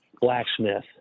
blacksmith